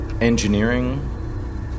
engineering